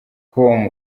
com